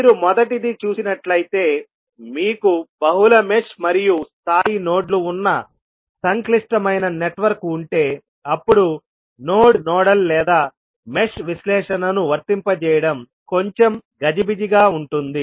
మీరు మొదటిది చూసినట్లయితేమీకు బహుళ మెష్ మరియు స్థాయి నోడ్లు ఉన్న సంక్లిష్టమైన నెట్వర్క్ ఉంటే అప్పుడు నోడ్ నోడల్ లేదా మెష్ విశ్లేషణను వర్తింపచేయడం కొంచెం గజిబిజిగా ఉంటుంది